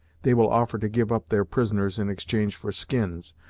they will offer to give up their prisoners in exchange for skins,